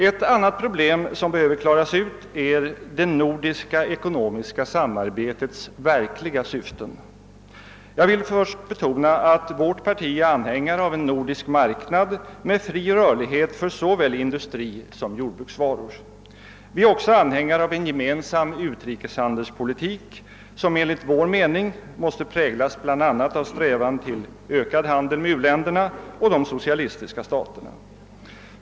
Ett annat problem som behöver klaras ut är det nordiska ekonomiska samarbetets verkliga syften. Jag vill först betona att vårt parti är anhängare av en nordisk marknad med fri rörlighet för såväl industrisom jordbruksvaror. Vi är också anhängare av en gemensam «utrikeshandelspolitik, vilken måste präglas bl.a. av strävan till ökad handel med u-länderna och de socialistiska staterna.